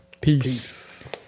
Peace